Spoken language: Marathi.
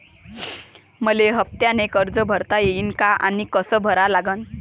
मले हफ्त्यानं कर्ज भरता येईन का आनी कस भरा लागन?